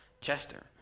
Chester